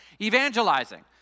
evangelizing